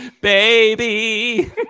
baby